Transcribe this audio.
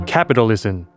Capitalism